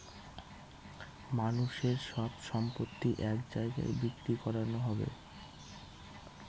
মানুষের সব সম্পত্তি এক জায়গায় বিক্রি করানো হবে